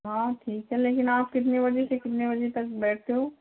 हाँ ठीक है लेकिन आप कितने बजे से कितने बजे तक बैठते हो